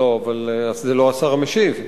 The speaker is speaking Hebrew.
אבל זה לא השר המשיב.